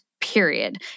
period